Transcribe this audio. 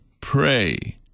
pray